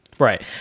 Right